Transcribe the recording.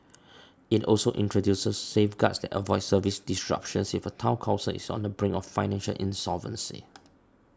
it also introduces safeguards that avoid service disruptions if a Town Council is on the brink of financial insolvency